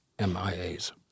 MIAs